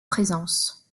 présence